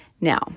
Now